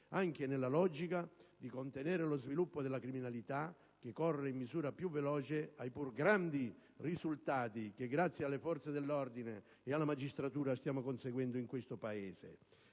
anche nella logica di contenere lo sviluppo della criminalità che corre in misura più veloce rispetto ai pur grandi risultati che, grazie alle forze dell'ordine e alla magistratura, il Paese sta conseguendo. Si guardi